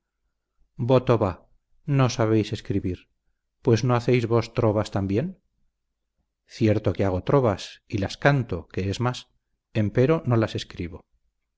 voto va no sabéis escribir pues no hacéis vos trovas también cierto que hago trovas y las canto que es más empero no las escribo